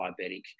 diabetic